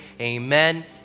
amen